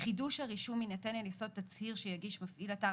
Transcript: חידוש הרישום יינתן על יסוד תצהיר שיגיש מפעיל אתר